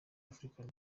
african